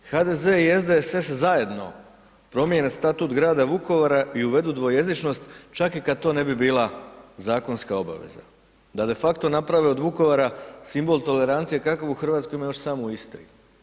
HDZ i SDSS zajedno promijene statut grada Vukovara i uvedu dvojezičnost čak i kad to ne bi bila zakonska obaveza, da de facto naprave od Vukovara simbol tolerancije kakav u Hrvatskoj ima još samo u Istri.